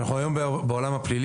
אנחנו עדיין היום בעולם הפלילי,